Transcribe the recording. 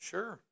Sure